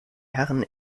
herren